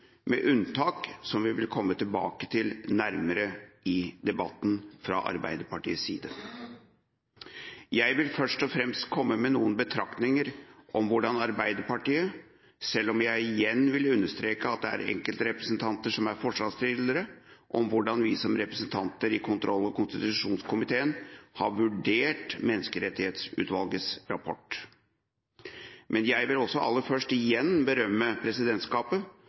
med unntak som vi vil komme nærmere tilbake til i debatten fra Arbeiderpartiets side. Jeg vil først og fremst komme med noen betraktninger om hvordan Arbeiderpartiet – selv om jeg igjen vil understreke at det er enkeltrepresentanter som er forslagsstillere – og hvordan vi som representanter i kontroll- og konstitusjonskomiteen har vurdert Menneskerettighetsutvalgets rapport. Men jeg vil aller først igjen berømme presidentskapet